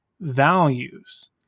values